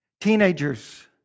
Teenagers